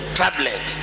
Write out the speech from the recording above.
tablet